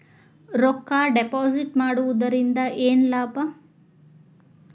ರೊಕ್ಕ ಡಿಪಾಸಿಟ್ ಮಾಡುವುದರಿಂದ ಏನ್ ಲಾಭ?